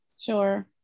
Sure